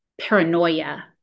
paranoia